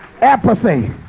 Apathy